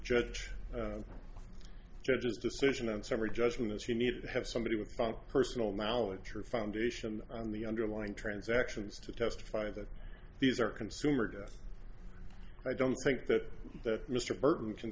judge judge's decision on summary judgment that he needed to have somebody without personal knowledge or foundation on the underlying transactions to testify that these are consumer debt i don't think that that mr burton can